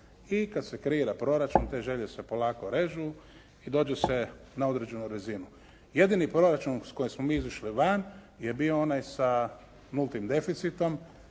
I kad se kreira proračun te želje se polako režu i dođu se na određenu razinu. Jedini proračun s kojim smo mi izišli van je bio onaj sa nultim deficitom.